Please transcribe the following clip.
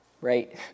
right